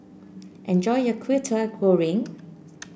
enjoy your Kwetiau Goreng